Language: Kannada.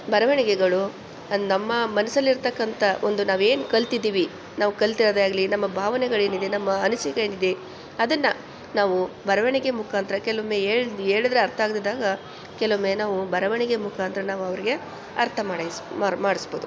ಬರವಣಿಗೆಗಳು ನಮ್ಮ ಮನಸಲ್ಲಿರ್ತಕ್ಕಂಥ ಒಂದು ನಾವು ಏನು ಕಲಿತಿದ್ದೀವಿ ನಾವು ಕಲಿತಿರೋದೇ ಆಗಲಿ ನಮ್ಮ ಭಾವನೆಗಳೇನಿದೆ ನಮ್ಮ ಅನಿಸಿಕೆ ಏನಿದೆ ಅದನ್ನು ನಾವು ಬರವಣಿಗೆ ಮುಖಾಂತ್ರ ಕೆಲವೊಮ್ಮೆ ಹೇಳಿ ಹೇಳಿದ್ರೆ ಅರ್ಥ ಆಗ್ದೇ ಇದ್ದಾಗ ಕೆಲವೊಮ್ಮೆ ನಾವು ಬರವಣಿಗೆ ಮುಖಾಂತ್ರ ನಾವು ಅವರಿಗೆ ಅರ್ಥ ಮಾಡಿಸಿ ಮಾಡಿ ಮಾಡಿಸ್ಬೋದು